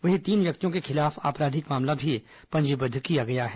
वहीं तीन व्यक्तियों के खिलाफ आपराधिक मामला भी पंजीबद्ध किया गया है